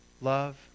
Love